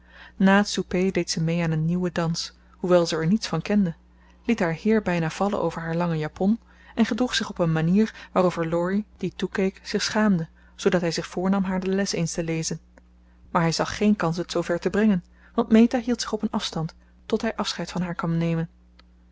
het souper deed ze mee aan een nieuwen dans hoewel ze er niets van kende liet haar heer bijna vallen over haar lange japon en gedroeg zich op een manier waarover laurie die toekeek zich schaamde zoodat hij zich voornam haar de les eens te lezen maar hij zag geen kans het zoover te brengen want meta hield zich op een afstand tot hij afscheid van haar kwam nemen